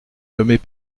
nommez